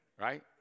right